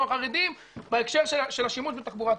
החרדים בהקשר של השימוש בתחבורה ציבורית.